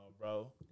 bro